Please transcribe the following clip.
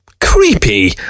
Creepy